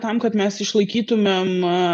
tam kad mes išlaikytumėm